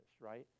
right